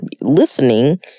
listening